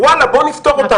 וואלה, בוא נפתור אותה.